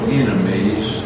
enemies